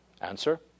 Answer